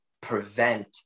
prevent